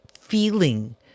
feeling